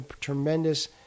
tremendous